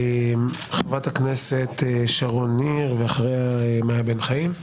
חברת הכנסת שרון ניר, ואחריה, מיה בן חיים.